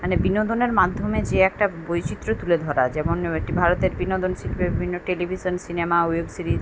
মানে বিনোদনের মাধ্যমে যে একটা বৈচিত্র্য তুলে ধরা যেমন ও একটি ভারতের বিনোদন শিল্পে বিভিন্ন টেলিভিশন সিনেমা ওয়েব সিরিজ